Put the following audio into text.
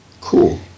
Cool